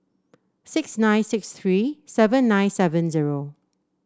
six nine six three seven nine seven zero